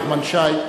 תת-אלוף נחמן שי.